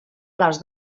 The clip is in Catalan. les